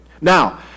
Now